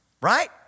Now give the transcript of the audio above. right